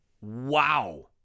Wow